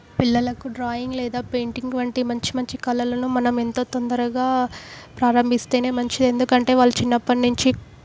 పిల్లలకు డ్రాయింగ్ లేదా పెయింటింగ్ వంటి మంచి మంచి కళలను మనం ఎంతో తొందరగా ప్రారంభిస్తేనే మంచిది ఎందుకంటే వాళ్ళు చిన్నప్పటి నుంచి